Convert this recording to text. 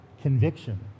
conviction